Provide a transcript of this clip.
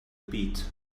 pit